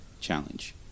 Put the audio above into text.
challenge